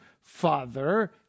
father